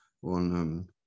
one